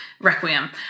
Requiem